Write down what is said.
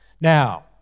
Now